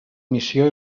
missió